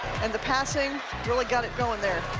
and the passing really got it going there.